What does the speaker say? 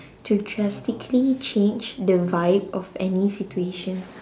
to drastically change the vibe of any situation